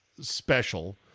special